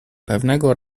pewnego